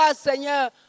Seigneur